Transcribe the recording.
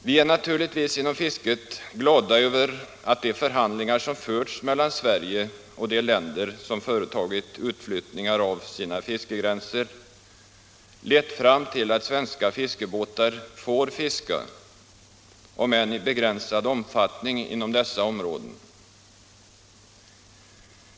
Vi är inom fisket naturligtvis glada över att de förhandlingar som förts mellan Sverige och de länder som företagit utflyttningar av fiskegränser lett fram till att svenska fiskebåtar får fiska inom dessa områden, om än i begränsad omfattning.